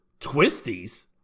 twisties